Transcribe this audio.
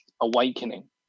awakening